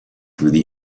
through